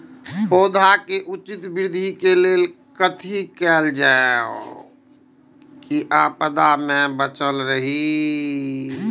पौधा के उचित वृद्धि के लेल कथि कायल जाओ की आपदा में बचल रहे?